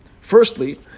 Firstly